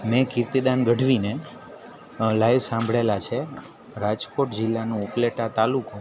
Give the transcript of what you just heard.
મેં કીર્તિદાન ગઢવીને લાઈવ સાંભળેલા છે રાજકોટ જિલ્લાનો ઉપલેટા તાલુકો